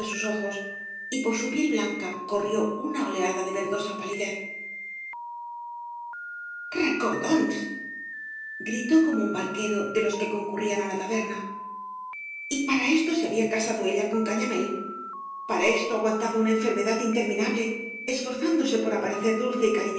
sus ojos y por su piel blanca corrió una oleada de verdosa palidez gañas y barro jeecordóns gritó como un barquero de loa que concurrían á la taberna y para esto be había casado ella con cañamélf para esto aguantaba una enfermedad interminable esforzándose por aparecer dulce